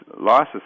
losses